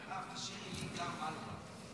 מירב, תשאירי לי גם מה לומר.